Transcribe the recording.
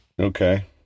Okay